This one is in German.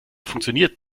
funktioniert